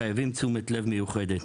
מחייבים תשומת לב מיוחדת.